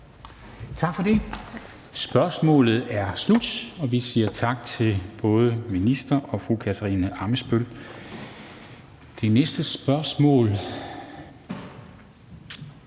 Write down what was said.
Tak for det. Spørgsmålet er slut, og vi siger tak til både ministeren og fru Katarina Ammitzbøll. Det næste spørgsmål